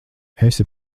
esi